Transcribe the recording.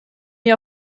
mir